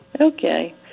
okay